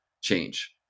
change